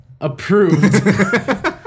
approved